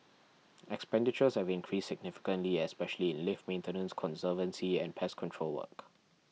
expenditures have increased significantly especially in lift maintenance conservancy and pest control work